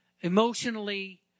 emotionally